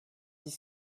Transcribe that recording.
dix